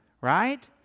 right